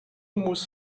muss